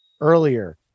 earlier